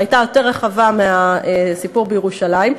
שהייתה יותר רחבה מהסיפור בירושלים,